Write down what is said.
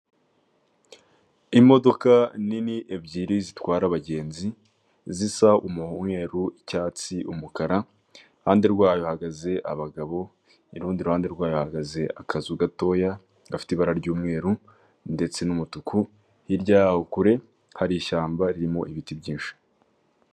Imodoka nini ebyiri zitwara abagenzi zisa umweru, icyatsi, umukara. Iruhande rwayo hahagaze abagabo irundi ruhande rwayo hahagaze akazu gatoya gafite ibara ry'umweru ndetse n'umutuku, hirya yaho kure hari ishyamba ririmo ibiti byinshi.